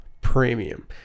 premium